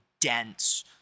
dense